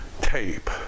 tape